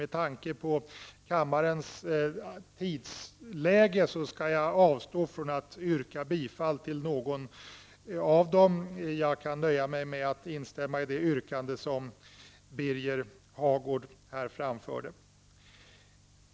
Med tanke på kammarens tidsläge skall jag avstå från att yrka bifall till reservationerna. Jag nöjer mig med att instämma i det yrkandet som Birger Hagård framförde.